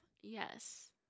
yes